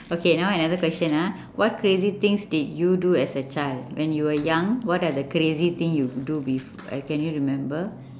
okay now another question ah what crazy things did you do as a child when you were young what are the crazy thing you do bef~ can you remember